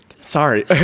Sorry